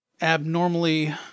abnormally